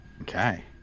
Okay